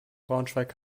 braunschweig